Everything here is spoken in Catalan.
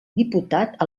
diputat